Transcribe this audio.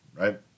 right